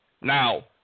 Now